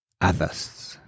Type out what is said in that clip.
others